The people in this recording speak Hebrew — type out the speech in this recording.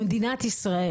במדינת ישראל.